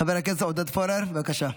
חבר הכנסת עודד פורר, בבקשה.